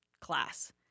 class